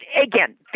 again